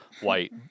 white